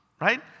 right